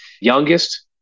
youngest